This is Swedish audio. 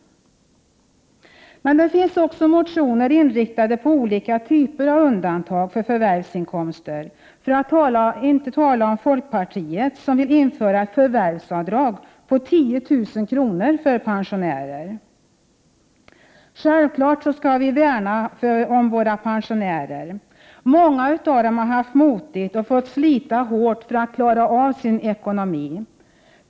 Men det finns också motioner som är inriktade på olika typer av undantag för förvärvsinkomster — för att inte tala om folkpartiets motion där man vill införa ett förvärvsavdrag om 10 000 kr. för pensionärer. Självfallet skall vi värna om våra pensionärer. Många av dem har haft det motigt och fått slita hårt för att klara sin ekonomi.